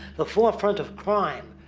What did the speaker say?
the forefront of crime.